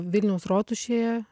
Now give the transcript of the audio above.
vilniaus rotušėje